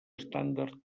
estàndard